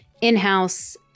in-house